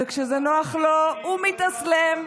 כשזה נוח לו הוא מתאסלם,